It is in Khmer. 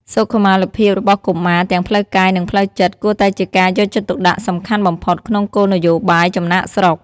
សុខុមាលភាពរបស់កុមារ ទាំងផ្លូវកាយ និងផ្លូវចិត្ត គួរតែជាការយកចិត្តទុកដាក់សំខាន់បំផុតក្នុងគោលនយោបាយចំណាកស្រុក។